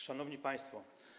Szanowni Państwo!